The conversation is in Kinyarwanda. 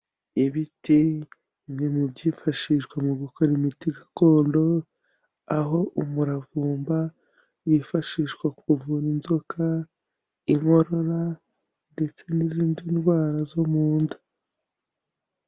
Ibiti, bimwe mu byifashishwa mu gukora imiti gakondo, aho umuravumba wifashishwa kuvura inzoka, inkorora ndetse n'izindi ndwara zo mu nda.